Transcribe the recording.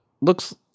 looks